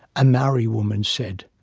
a maori woman said